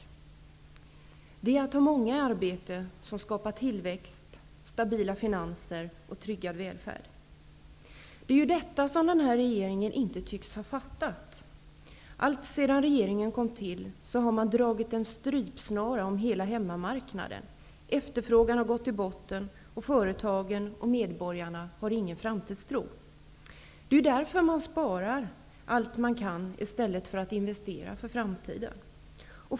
Att man har många i arbete skapar tillväxt, stabila finanser och tryggar välfärden. Det är detta som den här regeringen inte tycks ha fattat. Allt sedan regeringen kom till har man dragit en strypsnara om hela hemmamarknaden. Efterfrågan har gått till botten, och företagen och medborgarna har ingen framtidstro. Det är därför som man sparar allt man kan i stället för att investera för framtiden.